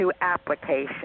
application